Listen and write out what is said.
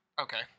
Okay